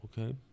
okay